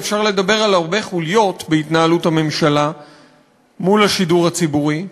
ואפשר לדבר על הרבה חוליות בהתנהלות הממשלה מול השידור הציבורי,